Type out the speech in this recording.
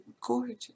gorgeous